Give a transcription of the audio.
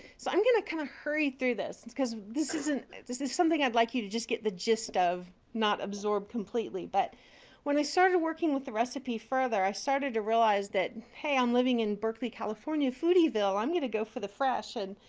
so i'm going to kind of hurry through this and because this isn't this is something i'd like you to just get the gist of, not absorb completely. but when i started working with the recipe further i started to realize that, hey, i'm living in berkeley, california, foodieville. i'm going to go for the fresh and,